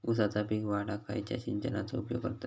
ऊसाचा पीक वाढाक खयच्या सिंचनाचो उपयोग करतत?